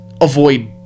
avoid